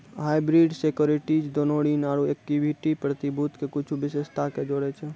hybrid securities दोनो ऋण आरु इक्विटी प्रतिभूति के कुछो विशेषता के जोड़ै छै